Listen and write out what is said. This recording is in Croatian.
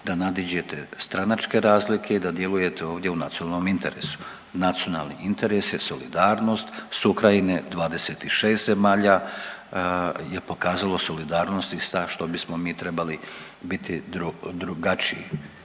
da nađite stranačke razlike i da djelujte ovdje u nacionalnom interesu. Nacionalni interes je solidarnost s Ukrajine 26 zemalja je pokazalo solidarnost i sad što bismo mi trebali biti drugačiji